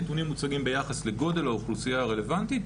הנתונים מוצדקים ביחס לגודל האוכלוסייה הרלבנטית,